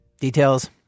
Details